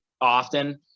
often